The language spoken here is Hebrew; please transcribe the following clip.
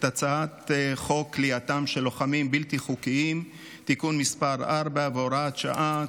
הצעת חוק כליאתם של לוחמים בלתי חוקיים (תיקון מס׳ 4 והוראת שעה),